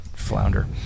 Flounder